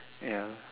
ya